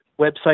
website